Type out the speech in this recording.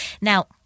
Now